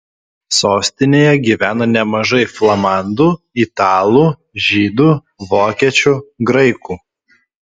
sostinėje gyvena nemažai flamandų italų žydų vokiečių graikų